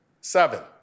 Seven